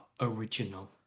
original